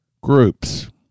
groups